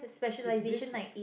it's based